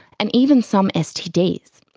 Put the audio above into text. and even some stds.